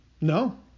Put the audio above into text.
No